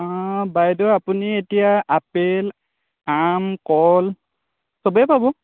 বাইদেউ আপুনি এতিয়া আপেল আম কল সবেই পাব